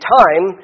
time